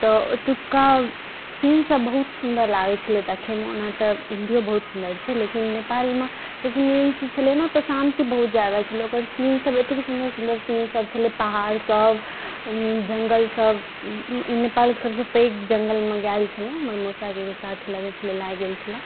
तऽ अतुका सीन सभ बहुत सुन्दर लागै छलै दखैमे ओना तऽ इण्डियो बहुत सुन्दर छै लेकिन नेपालमो सभसँ मेन चीज छलैहँ ओतऽ शान्ति बहुत जादा छलै ओकर सीन सभ एतेक सुन्दर सुन्दर सीन सभ छलै पहाड़ सभ जङ्गल सभ ई नेपालके सभसँ पैघ जङ्गलमे गेल छलहुँ हमर मौसाके एगो साथी लगै छलै लए गेल छलै